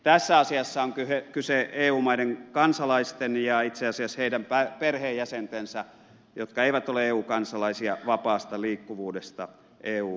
tässä asiassa on kyse eu maiden kansalaisten ja itse asiassa heidän perheenjäsentensä jotka eivät ole eu kansalaisia vapaasta liikkuvuudesta eu alueella